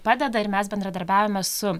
padeda ir mes bendradarbiaujame su